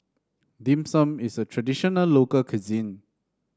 Dim Sum is a traditional local cuisine